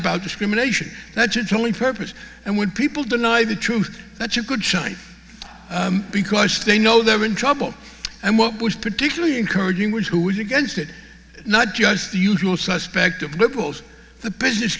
about discrimination that's it's only purpose and when people deny the truth that's a good sign because they know they're in trouble and what was particularly encouraging was who was against it not just the usual suspect it was the business